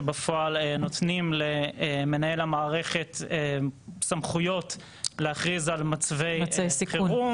שבפועל נותנים למנהל המערכת סמכויות להכריז על מצבי חירום,